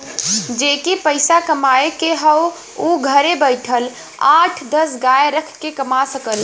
जेके के पइसा कमाए के हौ उ घरे बइठल आठ दस गाय रख के कमा सकला